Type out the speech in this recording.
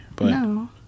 No